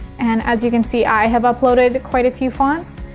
and as you can see i have uploaded quite a few fonts.